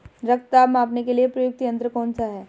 रक्त दाब मापने के लिए प्रयुक्त यंत्र कौन सा है?